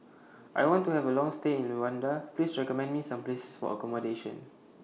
I want to Have A Long stay in Luanda Please recommend Me Some Places For accommodation